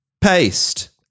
Paste